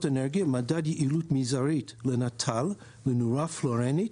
אנרגיה (מדד יעילות מזערית לנטל לנורה פלואורנית),